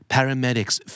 Paramedics